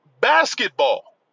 basketball